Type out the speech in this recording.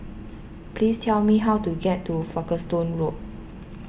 please tell me how to get to Folkestone Road